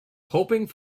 hoping